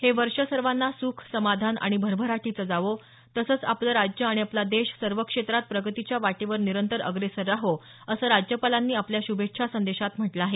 हे वर्ष सर्वांना सुख समाधान आणि भरभराटीचं जावो तसंच आपलं राज्य आणि आपला देश सर्व क्षेत्रात प्रगतीच्या वाटेवर निरंतर अग्रेसर राहो असं राज्यपालांनी आपल्या शुभेच्छा संदेशामध्ये म्हटलं आहे